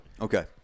Okay